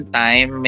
time